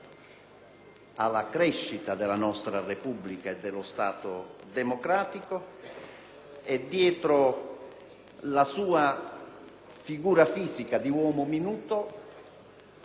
alla crescita della nostra Repubblica e dello Stato democratico e, dietro la sua figura fisica di uomo minuto,